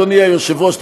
אדוני היושב-ראש,